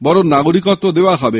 বরং নাগরিকত্ব দেওয়া হবে